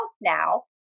now